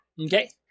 Okay